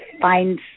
find